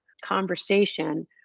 conversation